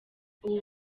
ubu